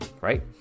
Right